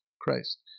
Christ